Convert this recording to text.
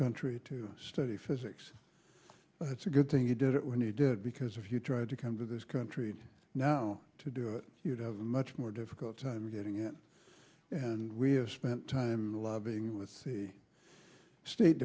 country to study physics that's a good thing you did it when you did because if you tried to come to this country now to do it you'd have a much more difficult time getting it and we have spent time lobbying with the state